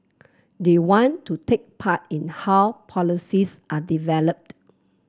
they want to take part in how policies are developed